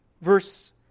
Verse